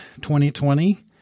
2020